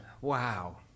Wow